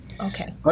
Okay